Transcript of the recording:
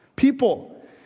People